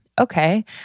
okay